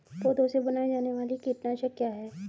पौधों से बनाई जाने वाली कीटनाशक क्या है?